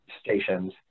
stations